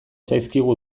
zaizkigu